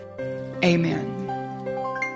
Amen